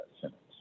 sentence